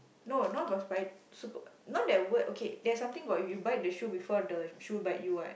no not got spi~ not that word okay there's something about if you bite the shoe before the shoe bite you what